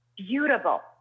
Beautiful